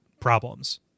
problems